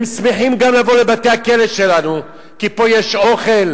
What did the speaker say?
הם שמחים גם לבוא לבתי-הכלא שלנו, כי פה יש אוכל,